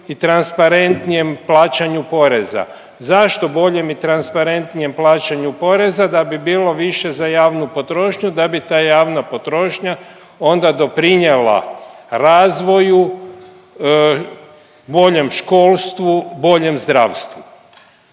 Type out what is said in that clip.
i transparentnijem plaćanju poreza. Zašto boljem i transparentnijem plaćanju poreza? Da bi bilo više za javnu potrošnju, da bi ta javna potrošnja onda doprinjela razvoju, boljem školstvu, boljem zdravstvu.